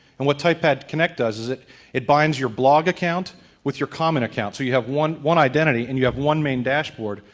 and what typepad connect does is it it binds your blog account with your comment account. so you have one one identity and you have one main dashboard,